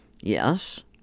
Yes